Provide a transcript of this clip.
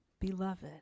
beloved